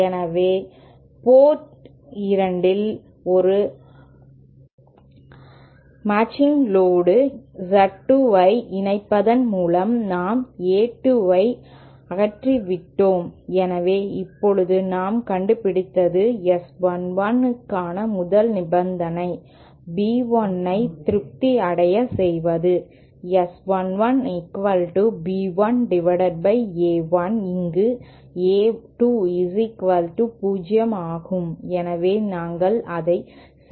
எனவே போர்ட் 2 இல் ஒரு மேட்ச் லோடு Z 2 ஐ இணைப்பதன் மூலம் நாம் A 2 ஐ அகற்றிவிட்டோம் எனவே இப்போது நாம் கண்டுபிடித்தது S 1 1 க்கான முதல் நிபந்தனை பி 1 ஐ திருப்தியடைய செய்வது S 11B1A 1 இங்கு A 2 0 ஆகும் எனவே நாங்கள் அதை செய்துள்ளோம்